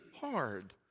hard